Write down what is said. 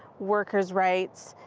workers' rights,